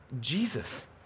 Jesus